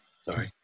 Sorry